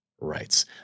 rights